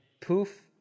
Poof